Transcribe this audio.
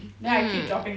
mm